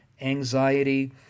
anxiety